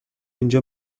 اینجا